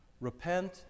Repent